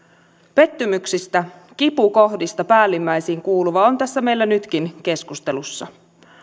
pettymyksistä kipukohdista päällimmäisiin kuuluva on tässä meillä nytkin keskustelussa